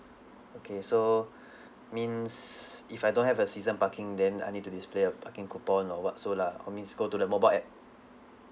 okay so means if I don't have a season parking then I need to display a parking coupon or what so lah or needs to go to the mobile app